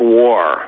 war